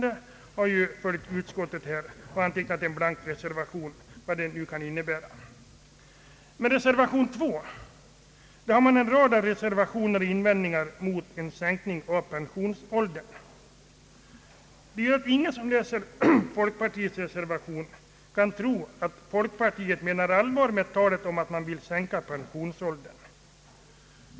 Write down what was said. Den tredje folkpartisten, som är utskottets vice ordförande, har antecknat en blank reservation — vad den nu kan innebära. Ingen som läser folkpartiets reservation kan tro att folkpartiet menar allvar med talet om att man vill sänka pensionsåldern.